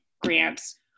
Grants